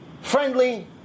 friendly